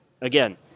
again